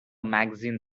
magazine